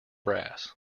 brass